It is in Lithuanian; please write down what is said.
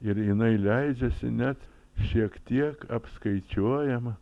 ir jinai leidžiasi net šiek tiek apskaičiuojama